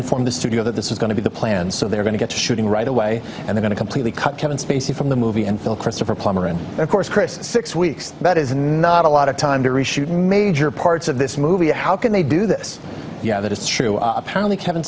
informed the studio that this is going to be the plan so they're going to get shooting right away and then a completely cut kevin spacey from the movie and phil christopher plummer and of course chris six weeks that is not a lot of time to reshoot major parts of this movie how can they do this yeah that is true apparently kevin